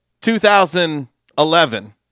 2011